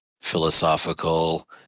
philosophical